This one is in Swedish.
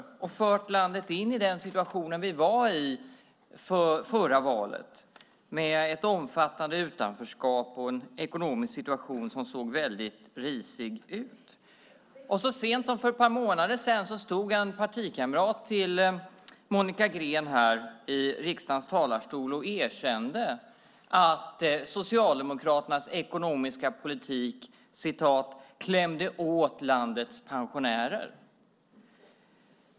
Man har fört landet in i den situation som vi var i före förra valet med ett omfattande utanförskap och en ekonomisk situation som såg väldigt risig ut. Så sent som för ett par månader sedan stod en partikamrat till Monica Green här i riksdagens talarstol och erkände att Socialdemokraternas ekonomiska politik "klämde åt landets pensionärer".